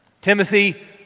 Timothy